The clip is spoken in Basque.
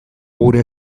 gure